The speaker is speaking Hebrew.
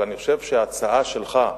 אבל אני חושב שההצעה שלך,